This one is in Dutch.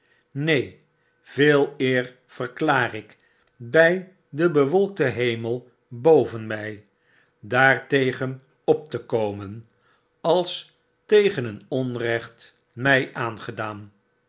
neen veeleer verklaar ik by den bewolkten hemel boven my daartegen op te komen als tegen een onrecht my aangedaan